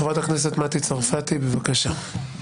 חברת הכנסת מטי צרפתי, בבקשה.